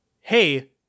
Hey